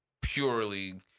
purely